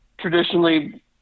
traditionally